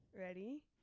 Ready